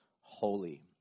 holy